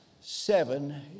seven